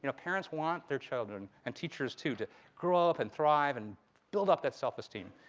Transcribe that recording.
you know parents want their children and teachers, too, to grow up and thrive and build up that self-esteem.